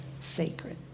sacred